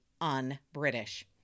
un-British